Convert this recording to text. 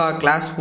class